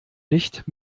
nicht